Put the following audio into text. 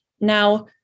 Now